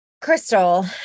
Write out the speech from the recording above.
crystal